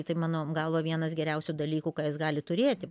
tai mano galva vienas geriausių dalykų ką jis gali turėti